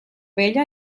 vella